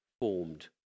formed